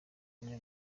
umwe